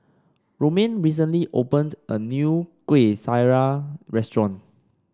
Romaine recently opened a new Kuih Syara Restaurant